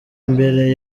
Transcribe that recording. imbere